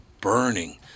burning